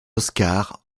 oscars